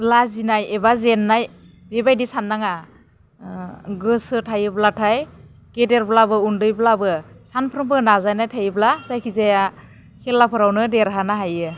लाजिनाय एबा जेन्नाय बेबायदि साननाङा गोसो थायोब्लाथाय गेदेरब्लाबो उन्दैब्लाबो सानफ्रोमबो नाजानाय थायोब्ला जायखि जाया खेलाफोरावनो देरहानो हायो